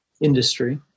industry